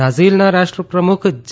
બ્રાઝીલના રાષ્ટ્રપ્રમુખ જે